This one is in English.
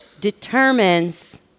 determines